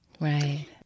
Right